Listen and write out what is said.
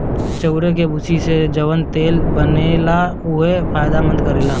चाउरे के भूसी से जवन तेल बनेला उहो बड़ा फायदा करेला